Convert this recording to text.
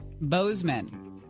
Bozeman